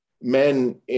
men